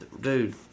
Dude